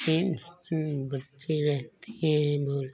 पक्षी रहते हैं बोलते